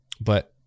But-